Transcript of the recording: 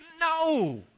No